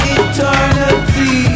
eternity